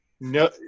no